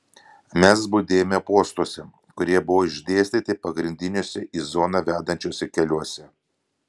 mes budėjome postuose kurie buvo išdėstyti pagrindiniuose į zoną vedančiuose keliuose